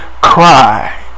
cry